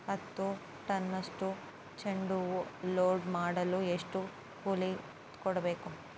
ಹತ್ತು ಟನ್ನಷ್ಟು ಚೆಂಡುಹೂ ಲೋಡ್ ಮಾಡಲು ಎಷ್ಟು ಕೂಲಿ ಕೊಡಬೇಕು?